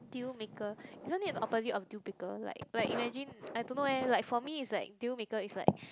deal maker isn't it the opposite of deal breaker like like imagine I don't know eh like for me is like deal maker is like